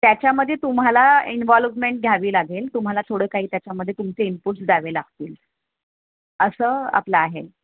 त्याच्यामध्ये तुम्हाला इन्व्हॉल्वमेंट घ्यावी लागेल तुम्हाला थोडं काही त्याच्यामध्ये तुमचे इनपुटस् द्यावे लागतील असं आपलं आहे